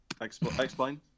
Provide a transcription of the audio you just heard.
Explain